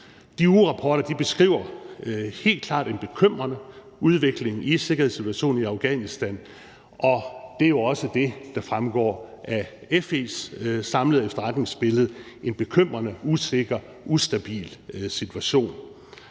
De ugerapporter beskriver helt klart en bekymrende udvikling i sikkerhedssituationen i Afghanistan, og det er jo også det, der fremgår af Forsvarets Efterretningstjenestes samlede efterretningsbillede: en bekymrende, usikker, ustabil situation.